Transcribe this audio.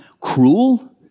cruel